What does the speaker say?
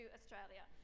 Australia